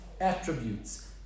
attributes